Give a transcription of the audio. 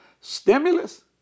stimulus